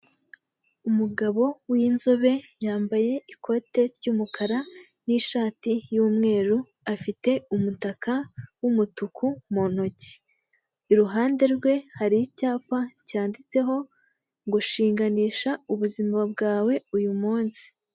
Umugabo w'inzobe yambaye ikote ry'umukara n'ishati y'umweru, afite umutaka w'umutuku mu ntoki. Iruhande rwe hari icyapa cyanditseho ngo: "Shinganisha ubuzima bwawe uyu munsi".